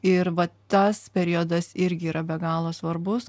ir va tas periodas irgi yra be galo svarbus